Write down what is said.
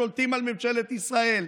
שולטים על ממשלת ישראל,